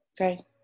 okay